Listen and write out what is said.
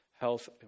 health